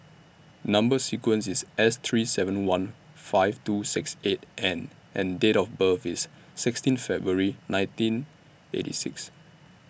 Number sequence IS S three seven one five two six eight N and Date of birth IS sixteen February nineteen eighty six